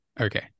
Okay